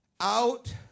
out